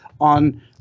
on